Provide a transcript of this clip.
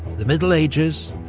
the middle ages,